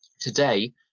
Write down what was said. Today